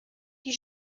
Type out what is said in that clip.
die